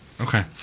Okay